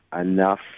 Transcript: enough